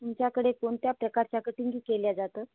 तुमच्याकडे कोणत्या प्रकारच्या कटिंगी केल्या जातं